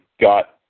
got